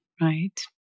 Right